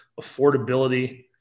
affordability